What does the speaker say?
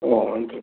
ओ